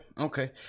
okay